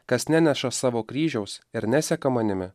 kas neneša savo kryžiaus ir neseka manimi